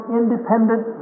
independent